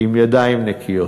עם ידיים נקיות.